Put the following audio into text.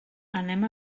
anem